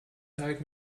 teig